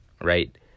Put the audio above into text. right